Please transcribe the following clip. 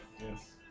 Yes